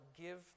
give